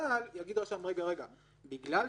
אבל יגיד רשם: בגלל שפה,